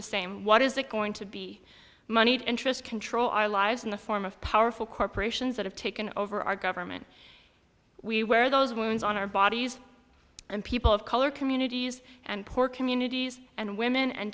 the same what is it going to be monied interests control our lives in the form of powerful corporations that have taken over our government we where those wounds on our bodies and people of color communities and poor communities and women and